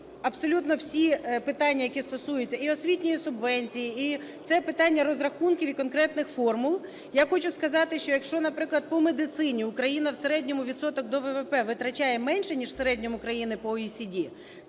абсолютно всі питання, які стосуються і освітньої субвенції, і це питання розрахунків, і конкретних формул. Я хочу сказати, що якщо, наприклад, по медицині Україна в середньому відсоток до ВВП витрачає менше ніж в середньому країни по OECD,